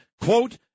quote